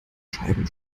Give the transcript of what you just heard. scheiben